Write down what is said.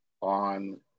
on